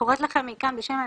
לכם מכאן, בשם הנציבות,